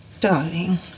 Darling